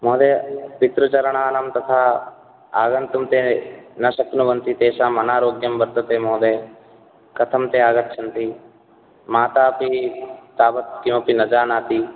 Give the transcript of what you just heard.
महोदय पितृचरणानां तथा आगन्तु ते न शक्नुवन्ति तेषाम् अनारोग्यं वर्तते महोदय कथं ते आगच्छन्ति मातापि तावत् किमपि न जानाति